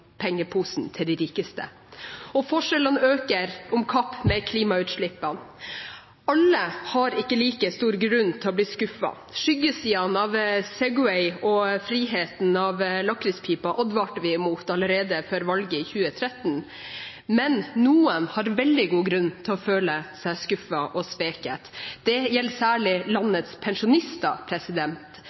pengeposen til de rikeste. Forskjellene øker om kapp med klimautslippene. Alle har ikke like stor grunn til å bli skuffet. Skyggesiden av Segway og friheten av lakrispiper advarte vi mot allerede før valget i 2013, men noen har veldig god grunn til å føle seg skuffet og sveket. Det gjelder særlig landets pensjonister,